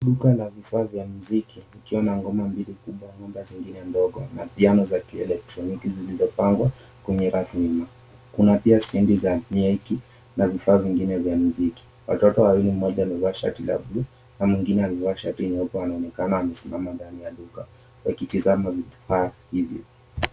Duka la vifaa vya mziki, ikiwa na ngoma mbili kubwa na ngoma zingine ndogo na piano za kielektroniki zilizopangwa kwenye rafu nyuma. Kuna pia stendi ya maiki na vifaa vingine vya mziki. Watoto wawili mmoja amevaa shati la buluu na mwingine amevaa shati nyeupe wanaonekana wamesimama ndani ya duka wakitazama vifaa hivyo.